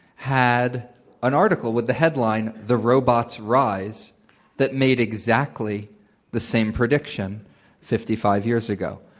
had an article with the headline the robots rise that made exactly the same prediction fifty five years ago.